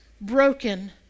broken